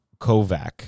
Kovac